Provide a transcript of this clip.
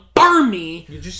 Army